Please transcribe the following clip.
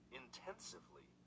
intensively